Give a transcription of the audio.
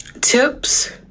tips